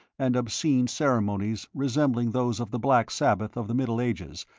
and obscene ceremonies resembling those of the black sabbath of the middle ages,